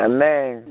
Amen